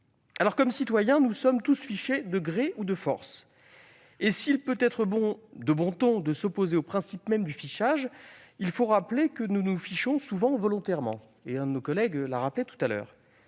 Comme citoyens, nous sommes tous fichés de gré ou de force. S'il peut être de bon ton de s'opposer au principe même du fichage, il faut rappeler que nous nous fichons souvent volontairement. Qui, ici, n'a pas adhéré à un